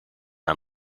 aan